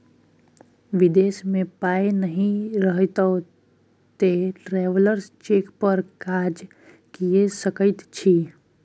विदेश मे पाय नहि रहितौ तँ ट्रैवेलर्स चेक पर काज कए सकैत छी